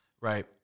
right